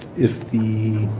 if the